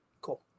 cool